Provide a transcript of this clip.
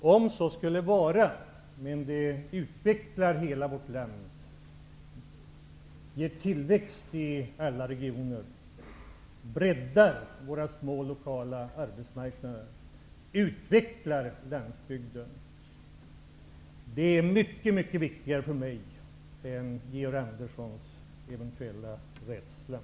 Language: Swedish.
Ett mycket bra dokument som utvecklar hela vårt land, ger tillväxt i alla regioner, breddar våra små lokala arbetsmarknader och utvecklar landsbygden, är mycket viktigare för mig än Georg Anderssons eventuella rädsla.